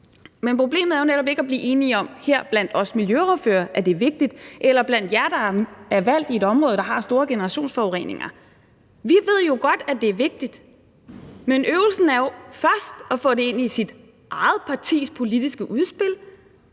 Men problemet er jo netop ikke at blive enige om blandt os miljøordførere eller blandt jer, der er valgt i et område, der har store generationsforureninger, at det er vigtigt. Vi ved godt, at det er vigtigt, men øvelsen er jo først at få det ind i sit eget partis politiske udspil,